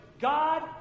God